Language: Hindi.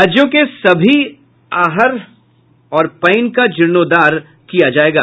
राज्य के सभी आहर और पइन का जीर्णाद्वार किया जायेगा